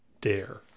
dare